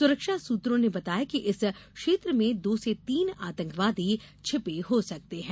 सुरक्षा सूत्रों ने बताया कि इस क्षेत्र में दो से तीन आतंकवादी छिपे हो सकते हैं